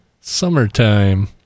Summertime